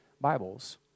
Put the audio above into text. Bibles